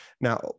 Now